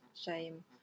shame